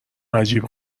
عجیب